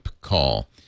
call